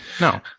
No